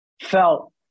felt